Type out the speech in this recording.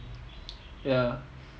ya